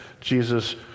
Jesus